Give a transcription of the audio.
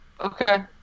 Okay